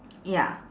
ya